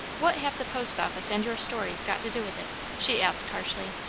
what have the post office and your stories got to do with it? she asked harshly.